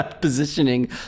positioning